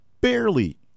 barely